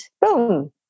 boom